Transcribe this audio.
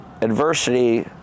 adversity